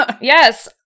Yes